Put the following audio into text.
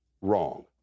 wrong